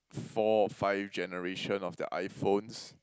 four or five generation of the iPhones